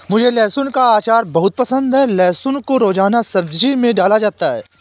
मुझे लहसुन का अचार बहुत पसंद है लहसुन को रोजाना सब्जी में डाला जाता है